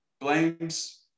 Blames